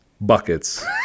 buckets